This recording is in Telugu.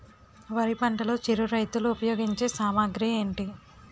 వరి పంటలో చిరు రైతులు ఉపయోగించే సామాగ్రి ఏంటి?